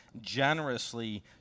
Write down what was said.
generously